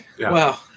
Wow